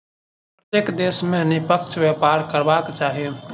प्रत्येक देश के निष्पक्ष व्यापार करबाक चाही